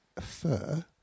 fur